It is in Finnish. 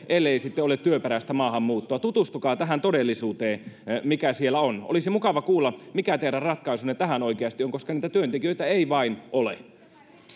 ellei sitten ole työperäistä maahanmuuttoa tutustukaa tähän todellisuuteen mikä siellä on olisi mukava kuulla mikä teidän ratkaisunne tähän oikeasti on koska niitä työntekijöitä ei vain ole